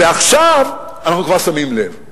ועכשיו אנחנו כבר שמים לב.